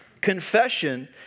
Confession